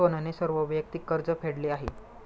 सोहनने सर्व वैयक्तिक कर्ज फेडले आहे